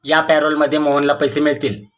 या पॅरोलमध्ये मोहनला पैसे मिळतील